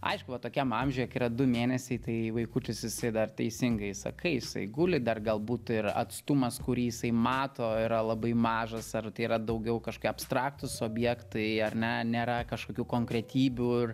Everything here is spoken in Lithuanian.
aišku va tokiam amžiuje kai yra du mėnesiai tai vaikutis jisai dar teisingai sakai jisai guli dar galbūt ir atstumas kurį jisai mato yra labai mažas ar tai yra daugiau kažkokie abstraktūs objektai ar ne nėra kažkokių konkretybių